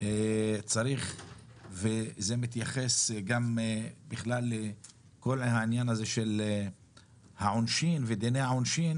צריך וזה מתייחס לכל העניין הזה של העונשין ודיני העונשין